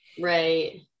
right